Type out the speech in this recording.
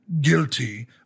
guilty